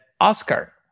Oscar